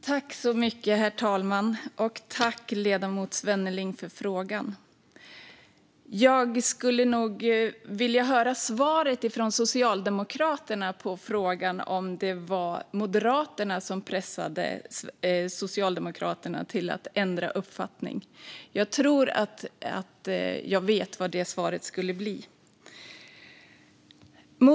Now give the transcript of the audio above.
Herr talman! Jag tackar ledamoten Svenneling för frågan. Jag skulle nog vilja höra Socialdemokraterna svara på om det var Moderaterna som pressade Socialdemokraterna till att ändra uppfattning. Jag tror att jag vet vad svaret skulle bli.